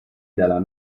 dalla